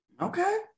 Okay